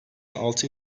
altı